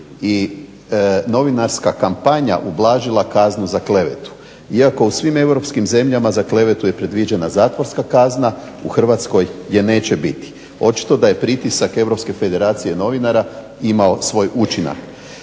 i novinarska kampanja ublažila kaznu za klevetu. Iako u svim europskim zemljama za klevetu je predviđena zatvorska kazna u Hrvatskoj je neće biti. Očito da je pritisak Europske federacije novinara imao svoj učinak.